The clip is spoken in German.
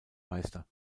meister